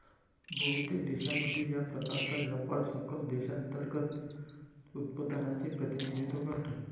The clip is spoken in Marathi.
बहुतेक देशांमध्ये, या प्रकारचा व्यापार सकल देशांतर्गत उत्पादनाचे प्रतिनिधित्व करतो